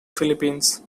philippines